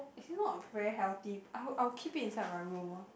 as in not very healthy I'll I'll keep it inside my room orh